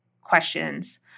questions